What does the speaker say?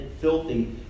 filthy